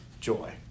joy